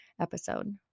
episode